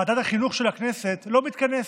ועדת החינוך של הכנסת, לא מתכנסת.